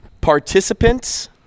Participants